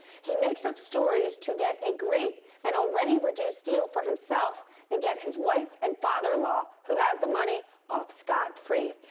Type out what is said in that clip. he makes up stories to get a great and already reduced deal for himself and get his wife and father-in-law, who have the money, off scot-free.